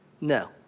no